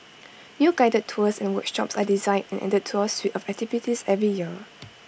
new guided tours and workshops are designed and added to our suite of activities every year